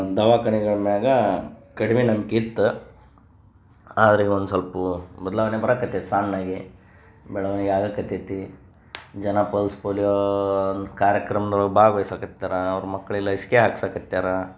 ದವಾಖಾನೆಗಳ ಮ್ಯಾಲ ಕಡಿಮೆ ನಂಬ್ಕೆ ಇತ್ತು ಆದ್ರೆ ಈಗ ಒಂದು ಸ್ವಲ್ಪ ಬದಲಾವಣೆ ಬರಕತೈತೆ ಸಣ್ಣಗೆ ಬೆಳವಣಿಗೆ ಆಗೋಕ್ಕತೈತಿ ಜನ ಪಲ್ಸ್ ಪೋಲಿಯೋ ಒಂದು ಕಾರ್ಯಕ್ರಮ್ದೊಳ್ಗೆ ಭಾಗ್ವಯ್ಸಕ್ಕತ್ಯಾರೆ ಅವ್ರ ಮಕ್ಳಿಗೆ ಲಸಿಕೆ ಹಾಕ್ಸಕತ್ಯಾರೆ